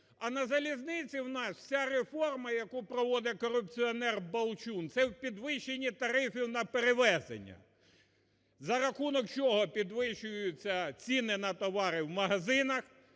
а на залізниці у нас вся реформа, яку проводить корупціонер Балчун, це в підвищенні тарифів на перевезення, за рахунок чого підвищуються ціни на товари в магазинах